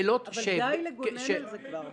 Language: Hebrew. אבל די כבר לגונן על זה.